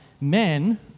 men